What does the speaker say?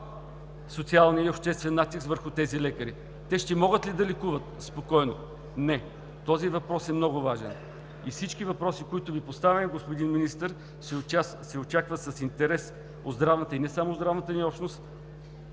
социалния и обществен натиск върху тези лекари? Те ще могат ли да лекуват спокойно? Не. Този въпрос е много важен. И всички въпроси, които Ви поставяме, господин Министър, се очакват с интерес от здравната и не само от здравната ни общност,